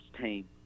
team